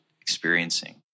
experiencing